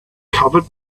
covered